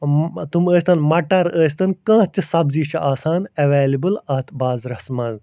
تِم ٲسۍتن مٹر ٲسۍتن کانٛہہ تہِ سبزی چھِ آسان اٮ۪وٮ۪لیبٕل اَتھ بازرس منٛز